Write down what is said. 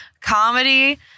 comedy